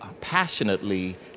passionately